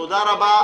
תודה רבה.